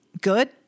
Good